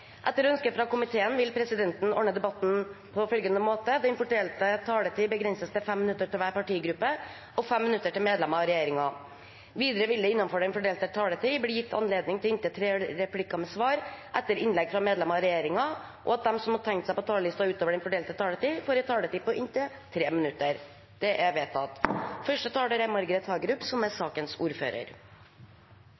Etter ønske fra transport- og kommunikasjonskomiteen vil presidenten ordne debatten slik: Den fordelte taletid begrenses til 5 minutter til hver partigruppe og 5 minutter til medlemmer av regjeringen. Videre vil det – innenfor den fordelte taletid – bli gitt anledning til inntil seks replikker med svar etter innlegg fra medlemmer av regjeringen, og de som måtte tegne seg på talerlisten utover den fordelte taletid, får en taletid på inntil 3 minutter.